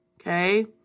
Okay